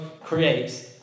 creates